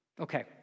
Okay